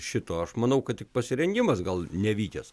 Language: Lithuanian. šito aš manau kad tik pasirengimas gal nevykęs